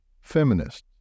feminists